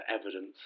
evidence